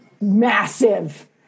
massive